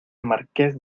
marqués